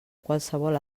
qualsevol